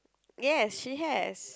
yes she has